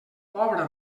pobra